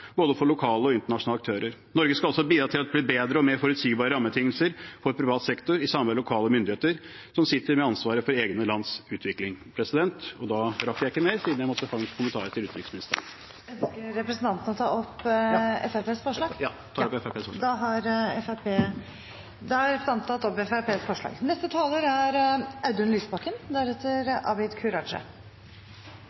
både for lokale og internasjonale aktører. Norge skal også bidra til at det blir bedre og mer forutsigbare rammebetingelser for privat sektor i samarbeid med lokale myndigheter, som sitter med ansvaret for eget lands utvikling. Da rakk jeg ikke mer, siden jeg måtte ta en kommentar til utenriksministeren. Jeg tar til slutt opp Fremskrittspartiets forslag. Da har representanten Christian Tybring-Gjedde tatt opp de forslagene han refererte til. Det er